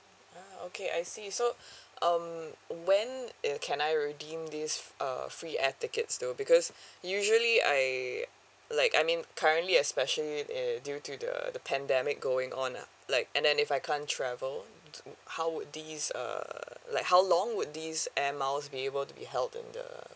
ah okay I see so um when err can I redeem this uh free air tickets though because usually I like I mean currently especially uh due to the the pandemic going on ah like and then if I can't travel mm how would these err like how long would these airmiles be able to be held in the